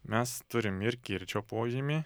mes turim ir kirčio požymį